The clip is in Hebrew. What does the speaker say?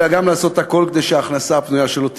אלא גם לעשות הכול כדי שההכנסה הפנויה שלו תגדל.